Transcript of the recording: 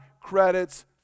credits